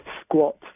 squat